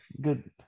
good